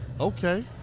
Okay